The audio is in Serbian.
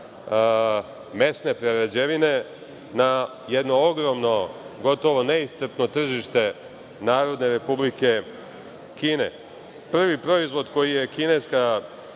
mesne prerađevine na jedno ogromno, gotovo neiscrpno tržište Narodne Republike Kine. Prvi proizvod koji je kineska